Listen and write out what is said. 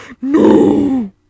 No